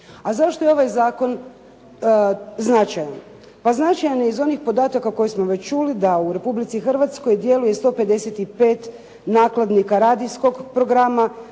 A zašto je ovaj zakon značajan? Pa značajan je iz onih podataka koje smo već čuli da u Republici Hrvatskoj djeluje 155 nakladnika radijskog programa,